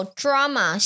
drama